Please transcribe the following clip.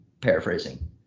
paraphrasing